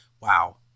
wow